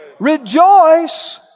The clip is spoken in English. rejoice